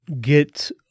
get